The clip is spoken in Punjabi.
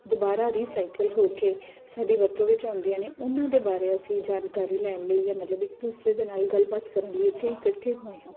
ਦੁਬਾਰਾ ਰੀਸਾਈਕਲ ਹੋ ਕੇ ਸਾਡੀ ਵਰਤੋਂ ਵਿੱਚ ਆਉਂਦੀਆਂ ਨੇ ਉਹਨਾਂ ਦੇ ਬਾਰੇ ਅਸੀਂ ਜਾਣਕਾਰੀ ਲੈਣ ਲਈ ਮਤਲਬ ਵੀ ਇੱਕ ਦੂਸਰੇ ਦੇ ਨਾਲ ਗੱਲਬਾਤ ਕਰਨ ਲਈ ਇੱਥੇ ਇਕੱਠੇ ਹੋਏ ਹਾਂ